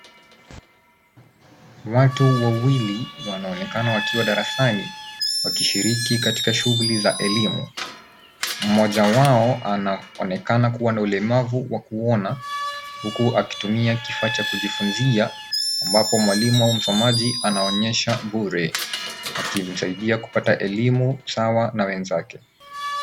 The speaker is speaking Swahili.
Watu wawili wanaonekana wakiwa darasani wakishiriki katika shughuli za elimu. Mmoja wao anaonekana kuwa na ulemavu wa kuona huku akitumia kifaa cha kujifunzia ambapo mwalimu au msomaji anaonyesha bure akimsaidia kupata elimu sawa na wenzake.